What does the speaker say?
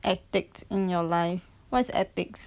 ethics in your life what's ethics